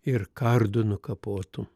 ir kardu nukapotų